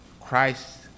Christ